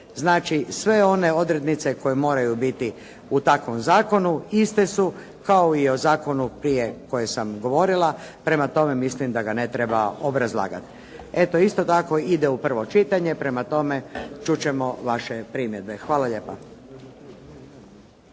Znači, sve one odrednice koje moraju biti u takvom zakonu iste su kao i o zakonu prije koje sam govorila. Prema tome, mislim da ga ne treba obrazlagati. Eto, isto tako ide u prvo čitanje. Prema tome, čut ćemo vaše primjedbe. Hvala lijepa.